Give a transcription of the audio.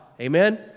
Amen